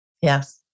Yes